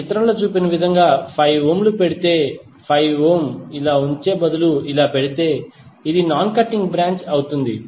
ఈ చిత్రంలో చూపిన విధంగా 5 ఓంలు పెడితే 5 ఓం ఇలా ఉంచే బదులు ఇలా పెడితే అది నాన్ కటింగ్ బ్రాంచ్ అవుతుంది